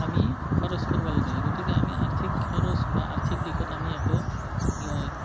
আমি খৰচ কৰিব লগা হয় গতিকে আমি আৰ্থিক খৰচ বা আৰ্থিক দিশত আমি একো